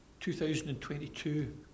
2022